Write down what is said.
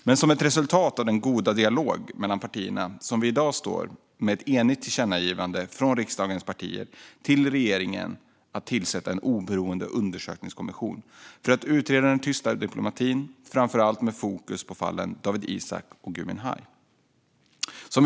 Det är ett resultat av den goda dialogen mellan partierna att vi i dag står med ett enigt tillkännagivande från riksdagens partier till regeringen om att tillsätta en oberoende undersökningskommission för att utreda den tysta diplomatin, framför allt med fokus på fallen Dawit Isaak och Gui Minhai.